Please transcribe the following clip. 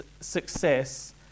success